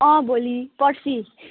अँ भोलि पर्सि